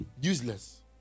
Useless